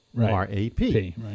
R-A-P